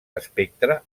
espectre